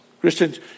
Christians